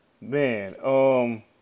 man